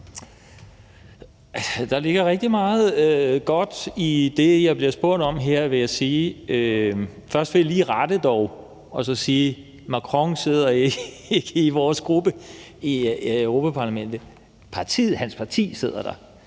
Der ligger rigtig meget godt i det, der blev spurgt om her, vil jeg sige. Først vil jeg dog lige rette spørgeren og sige, at Macron ikke sidder i vores gruppe i Europa-Parlamentet; hans parti sidder der.